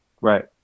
Right